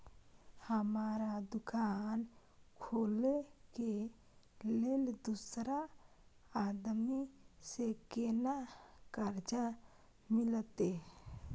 हमरा दुकान खोले के लेल दूसरा आदमी से केना कर्जा मिलते?